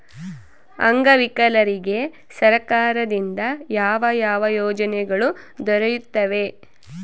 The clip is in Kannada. ಅಂಗವಿಕಲರಿಗೆ ಸರ್ಕಾರದಿಂದ ಯಾವ ಯಾವ ಯೋಜನೆಗಳು ದೊರೆಯುತ್ತವೆ?